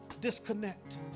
disconnect